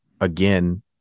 again